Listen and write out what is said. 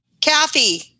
Kathy